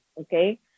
Okay